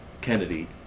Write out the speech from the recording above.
Kennedy